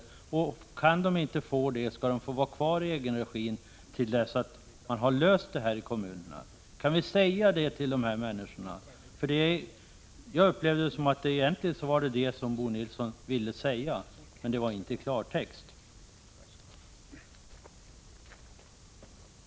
Innebär uttalandet att om de inte kan göra det, så skall de få vara kvar i egen-regin tills man har löst problemen i kommunerna? Kan vi säga detta till de berörda människorna? Jag uppfattade Bo Nilssons uttalande så, att det egentligen var detta han menade. Men han sade det inte i klartext.